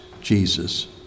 Jesus